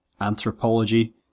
anthropology